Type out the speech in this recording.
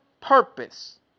purpose